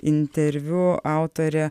interviu autorė